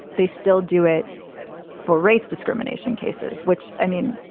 they still do it for race discrimination cases, which i mean,